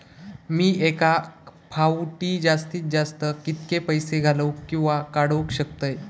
मी एका फाउटी जास्तीत जास्त कितके पैसे घालूक किवा काडूक शकतय?